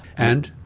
and?